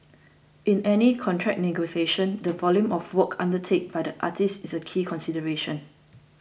in any contract negotiation the volume of work undertaken by the artiste is a key consideration